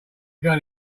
gun